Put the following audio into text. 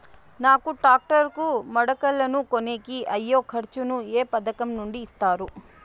నాకు టాక్టర్ కు మడకలను కొనేకి అయ్యే ఖర్చు ను ఏ పథకం నుండి ఇస్తారు?